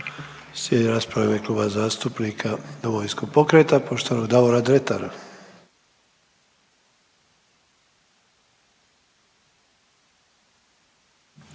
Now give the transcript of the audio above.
Završna rasprava u ime Kluba zastupnika Domovinskog pokreta, poštovanog Davora Dretara.